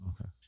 Okay